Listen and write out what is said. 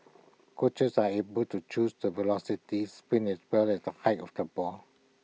coaches are able to choose the velocity spin as well as the height of the ball